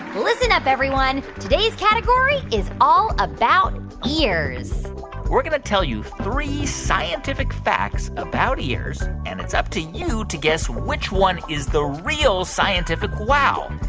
listen up, everyone. today's category is all about ears we're going to tell you three scientific facts about ears, and it's up to you to guess which one is the real scientific wow.